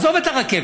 עזוב את הרכבת,